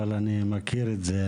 אבל אני מכיר את זה.